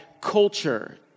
culture